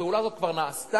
הפעולה הזאת כבר נעשתה,